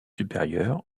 supérieures